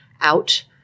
out